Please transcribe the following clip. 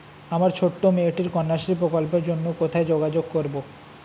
আমার ছোট্ট মেয়েটির কন্যাশ্রী প্রকল্পের জন্য কোথায় যোগাযোগ করব?